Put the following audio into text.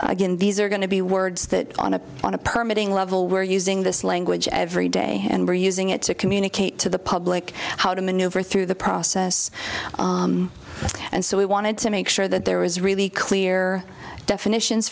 again these are going to be words that on a on a permit ing level we're using this language every day and we're using it to communicate to the public how to maneuver through the process and so we wanted to make sure that there was really clear definitions